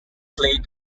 played